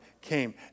came